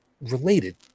related